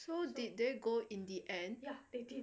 so did they go in the end